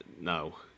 no